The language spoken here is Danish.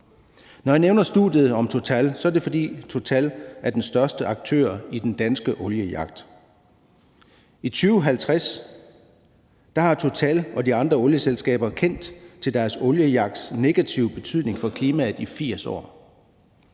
Når jeg nævner studiet om Total, er det, fordi Total er den største aktør i den danske oliejagt, og i 2050 har Total og de andre olieselskaber kendt til deres oliejagts negative betydning for klimaet i 80 år.